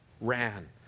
ran